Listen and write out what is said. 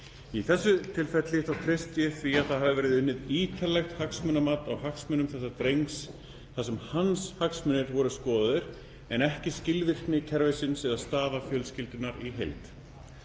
„Í þessu tilfelli, þá treysti ég því að það hafi verið unnið ítarlegt hagsmunamat á hagsmunum þessa drengs þar sem hans hagsmunir voru skoðaðir en ekki skilvirkni kerfisins eða staða fjölskyldunnar í heild